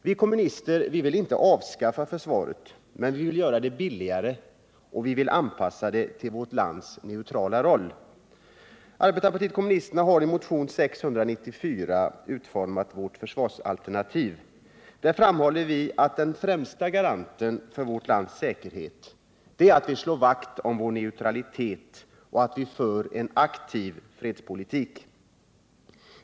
Vi kommunister vill inte avskaffa försvaret, men vi vill göra det billigare och vi vill anpassa det till vårt lands neutrala roll. Arbetarpartiet kommunisterna har i motionen 694 utformat sitt försvarsalternativ. Där framhåller vi att den främsta garanten för vårt lands säkerhet är att vi slår vakt om vår neutralitet och att vi för en aktiv fredspolitik.